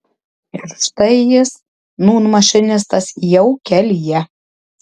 ir štai jis nūn mašinistas jau kelyje